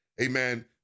amen